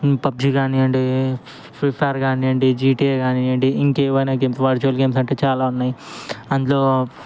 PUBG కానీయండి free fire కానీయండి GTA కానీయండి ఇంకేవయినా గేమ్ వర్చ్యువల్ గేమ్స్ అంటే చాలా ఉన్నాయి అందులో